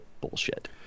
bullshit